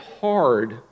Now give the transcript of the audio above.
hard